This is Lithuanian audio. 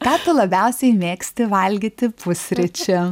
ką tu labiausiai mėgsti valgyti pusryčiam